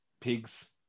pigs